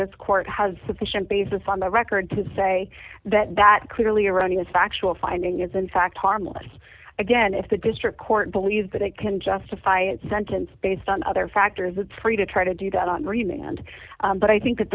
this court has sufficient basis on the record to say that that clearly erroneous factual finding is in fact harmless again if the district court believes that it can justify its sentence based on other factors it's free to try to do that on reading and but i think that